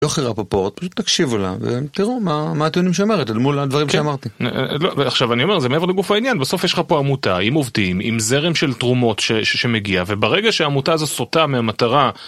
לא רפופורט, פשוט תקשיבו לה ותראו מה הטיונים שאומרים, אל מול הדברים שאמרתי. עכשיו אני אומר, זה מעבר לגוף העניין, בסוף יש לך פה עמותה עם עובדים, עם זרם של תרומות שמגיע, וברגע שהעמותה הזו סוטה ממטרה...